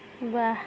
ৱাহ